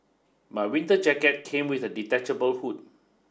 my winter jacket came with a detachable hood